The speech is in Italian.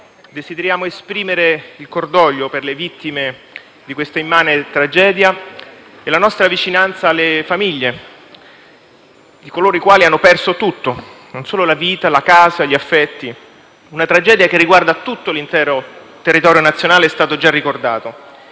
desidero esprimere il cordoglio per le vittime di questa immane tragedia e la nostra vicinanza alle famiglie, a coloro i quali hanno perso tutto: non solo la vita, la casa, gli affetti. Una tragedia che riguarda l'intero territorio nazionale, come è stato già ricordato.